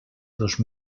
dos